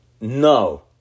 no